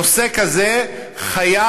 נושא כזה חייב,